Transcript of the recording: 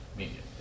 media